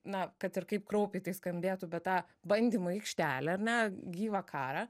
na kad ir kaip kraupiai tai skambėtų bet tą bandymų aikštelę ar ne gyvą karą